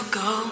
go